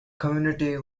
community